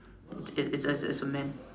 it it's a a there's a man